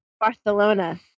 Barcelona